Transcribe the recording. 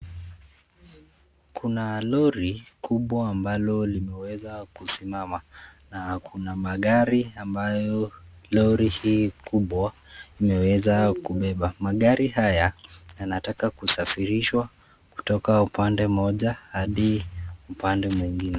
Kuna roli, kubwa ambalo limeweza kusimama, na kuna magari, ambayo, roli hii kubwa imeweza kubeba, magari haya, yanataka kusafirishwa, kutoka upande mmoja, hadi mwingine.